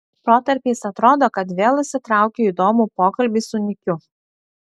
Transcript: protarpiais atrodo kad vėl įsitraukiu į įdomų pokalbį su nikiu